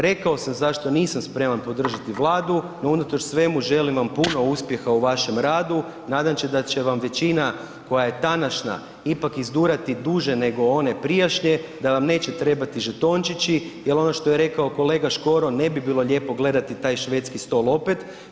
Rekao sam zašto nisam spreman podržati Vladu, no unatoč svemu želim vam puno uspjeha u vašem radu i nadam se da će vam većina koja je tanašna ipak izdurati duže nego one prijašnje, da vam neće trebati žetončići jer ono što je rekao kolega Škoro ne bi bilo lijepo gledati taj švedski stol opet.